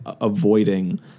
avoiding